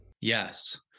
Yes